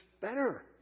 better